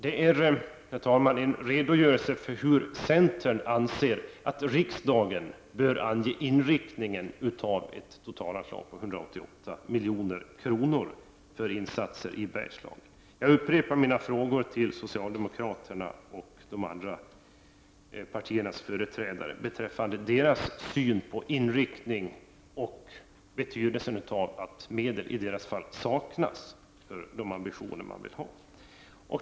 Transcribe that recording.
Detta, herr talman, är en redogörelse för hur centern anser att riksdagen bör ange inriktningen av ett totalanslag på 188 milj.kr. för insatser i Bergslagen. Jag upprepar mina frågor till socialdemokraternas och de andra partiernas företrädare beträffande deras syn på inriktningen och på betydelsen av att medel i deras fall saknas för de ambitioner de har.